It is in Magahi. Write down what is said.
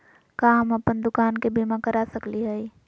का हम अप्पन दुकान के बीमा करा सकली हई?